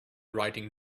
writing